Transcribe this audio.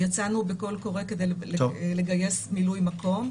יצאנו בקול קורא כדי לגייס מילוי מקום.